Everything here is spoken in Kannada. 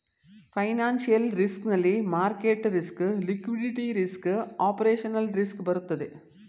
ಫೈನಾನ್ಸಿಯಲ್ ರಿಸ್ಕ್ ನಲ್ಲಿ market risk, liquidity risk, operational risk ಬರುತ್ತದೆ